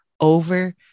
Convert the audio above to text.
over